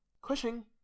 Cushing